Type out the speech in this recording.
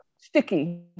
sticky